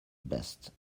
best